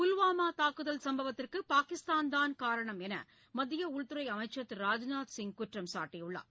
புல்வாமா தாக்குதல் சம்பவத்திற்கு பாகிஸ்தான்தான் காரணம் என்று மத்திய உள்துறை அமைச்சர் திரு ராஜ்நாத் சிங் குற்றம் சாட்டியுள்ளார்